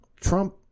Trump